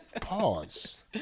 Pause